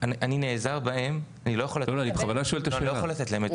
אני נעזר בהם, אני לא יכול לתת להם את זה.